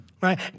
right